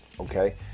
okay